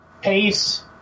Pace